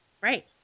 right